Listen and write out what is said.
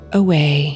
away